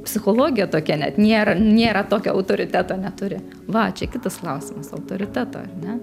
psichologija tokia net nėra nėra tokio autoriteto neturi va čia kitas klausimas autoriteto ar ne